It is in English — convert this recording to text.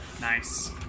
Nice